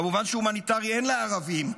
כמובן שהומניטרי אין לערבים,